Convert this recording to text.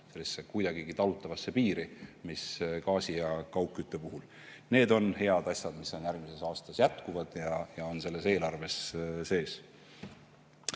sellesse kuidagigi talutavasse piiri, mis gaasi ja kaugkütte puhul. Need on head asjad, mis järgmisel aastal jätkuvad ja on selles eelarves